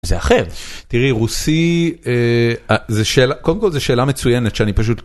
זה אחר, תראי רוסי, קודם כל זו שאלה מצוינת שאני פשוט.